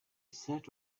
sat